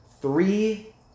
three